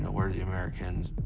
where are the americans?